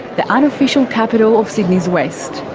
the unofficial capital of sydney's west.